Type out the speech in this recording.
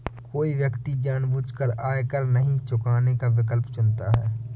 कोई व्यक्ति जानबूझकर आयकर नहीं चुकाने का विकल्प चुनता है